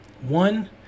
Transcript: One